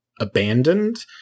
abandoned